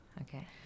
Okay